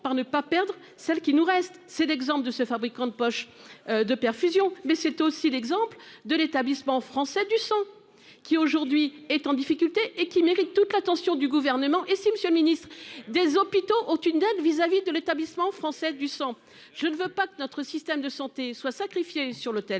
par ne pas perdre celle qui nous reste, c'est l'exemple de ce fabricant de poches de perfusion mais c'est aussi l'exemple de l'Établissement français du sang qui aujourd'hui est en difficulté et qui mérite toute l'attention du gouvernement et si Monsieur le Ministre des hôpitaux ont une dette vis-à-vis de l'Établissement français du sang. Je ne veux pas que notre système de santé soit sacrifiés sur l'autel